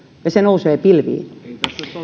ja että se nousee pilviin